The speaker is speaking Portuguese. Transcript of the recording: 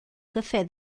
café